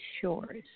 shores